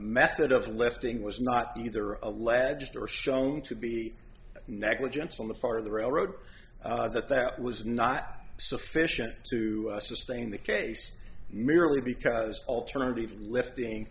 method of lifting was not either alleged or shown to be negligence on the part of the railroad that that was not sufficient to sustain the case merely because alternative lifting